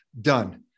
done